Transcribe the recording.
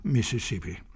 Mississippi